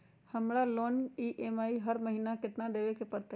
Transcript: हमरा लोन के ई.एम.आई हर महिना केतना देबे के परतई?